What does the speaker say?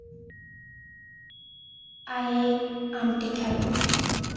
ᱟᱭᱮ ᱟᱢᱴᱤ ᱠᱷᱟᱵᱚ